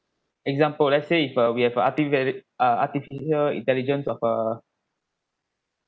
example let's say if uh we have a artivated~ uh artificial intelligence of a